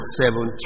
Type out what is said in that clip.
seven